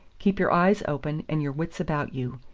keep your eyes open and your wits about you.